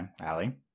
Allie